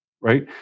right